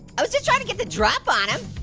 i was just trying to get the drop on him.